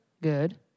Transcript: good